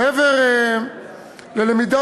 מעבר ללמידה